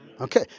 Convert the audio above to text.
Okay